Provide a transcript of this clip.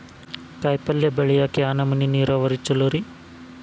ಕಾಯಿಪಲ್ಯ ಬೆಳಿಯಾಕ ಯಾವ್ ನಮೂನಿ ನೇರಾವರಿ ಛಲೋ ರಿ?